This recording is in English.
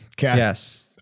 Yes